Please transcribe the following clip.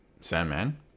sandman